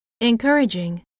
Encouraging